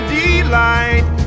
delight